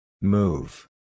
Move